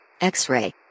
X-Ray